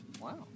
Wow